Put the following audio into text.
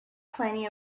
plenty